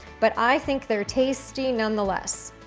but i think they're tasty nonetheless.